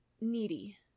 needy